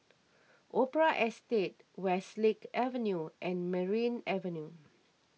Opera Estate Westlake Avenue and Merryn Avenue